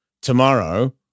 tomorrow